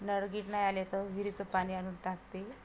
नडगिड नाय आले तं विरीचं पानी आनून टाकते